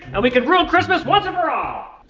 and we could rule christmas once and for all.